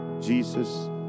jesus